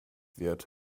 wird